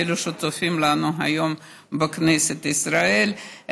לאלו שצופים בנו היום בכנסת ישראל: